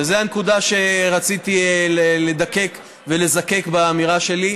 וזו הנקודה שרציתי לדקק ולזקק באמירה שלי.